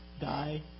die